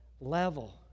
level